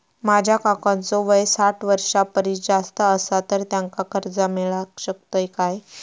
माझ्या काकांचो वय साठ वर्षां परिस जास्त आसा तर त्यांका कर्जा मेळाक शकतय काय?